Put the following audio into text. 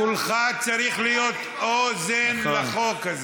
כולך צריך להיות אוזן לחוק הזה.